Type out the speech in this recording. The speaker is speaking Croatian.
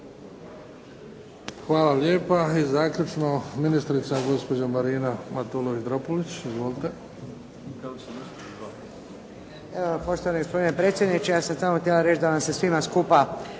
Hvala lijepa. I zaključno ministrica gospođa Marina Matulović-Dropulić. Izvolite.